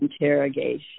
interrogation